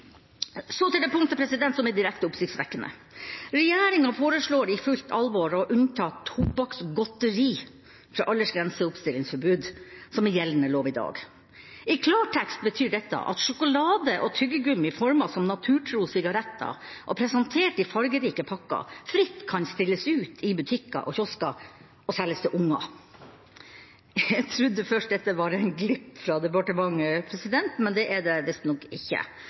Så til det punktet som er direkte oppsiktsvekkende: Regjeringa foreslår i fullt alvor å unnta tobakksgodteri fra aldersgrense og oppstillingsforbud, slik det er i gjeldende lov i dag. I klartekst betyr dette at sjokolade og tyggegummi formet som naturtro sigaretter og presentert i fargerike pakker fritt kan stilles ut i butikker og kiosker og selges til unger. Jeg trodde først dette var en glipp fra departementet, men det er det visstnok ikke.